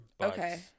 Okay